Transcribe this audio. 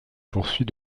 poursuit